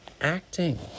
acting